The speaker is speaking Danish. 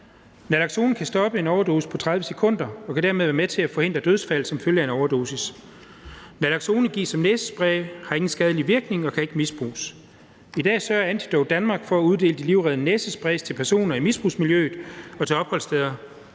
Naloxon kan stoppe en overdosis på 30 sekunder og kan dermed være med til at forhindre dødsfald som følge af en overdosis. Naloxon gives som næsespray, har ingen skadelige virkninger og kan ikke misbruges. I dag sørger Antidote Danmark for at uddele de livreddende næsespray til personer i misbrugsmiljøet og til opholdssteder